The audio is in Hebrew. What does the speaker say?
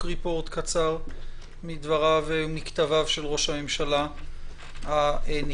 ריפורט קצר מדבריו ומכתביו של ראש הממשלה הנכנס.